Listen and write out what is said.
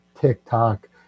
TikTok